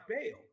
bail